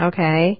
Okay